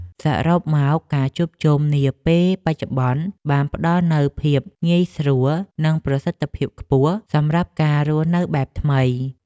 សរុបមក ការជួបជុំនាពេលបច្ចុប្បន្នបានផ្ដល់នូវភាពងាយស្រួល និងប្រសិទ្ធភាពខ្ពស់សម្រាប់ការរស់នៅបែបថ្មី។